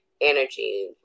energy